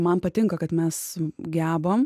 man patinka kad mes gebam